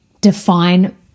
define